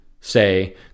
say